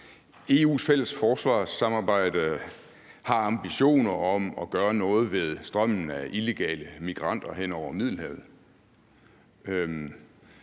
EU's fælles forsvarssamarbejde har ambitioner om at gøre noget ved strømmen af illegale migranter hen over Middelhavet.